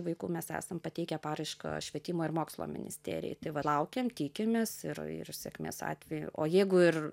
vaikų mes esam pateikę paraišką švietimo ir mokslo ministerijai tai va laukiam tikimės ir ir sėkmės atveju o jeigu ir